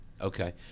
Okay